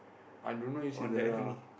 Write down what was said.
I don't know use Eudora